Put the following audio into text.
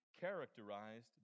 characterized